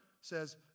says